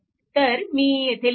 तर मी येथे लिहितो